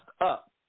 up